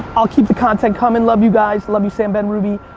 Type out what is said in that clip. i'll keep the content comin'. love you guys, love you sam benrubi.